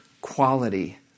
Quality